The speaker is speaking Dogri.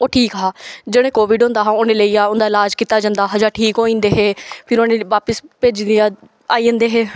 ओह् ठीक हा जेह्ड़े गी कोविड होंदा हा उ'नेंगी लेई जाओ उं'दा ईलाज कीता जंदा हा जां ठीक होई जंदे हे फिर उ'नेंगी बापस भेजी दिया आई जंदे हे